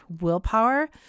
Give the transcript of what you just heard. Willpower